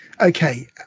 Okay